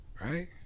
Right